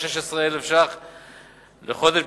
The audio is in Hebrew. כ-16,000 שקלים בחודש,